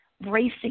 bracing